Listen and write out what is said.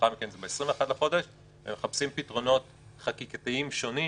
לאחר מכן 21 בחודש ומחפשים פתרונות חקיקתיים שונים